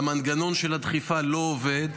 והמנגנון של הדחיפה לא עובד,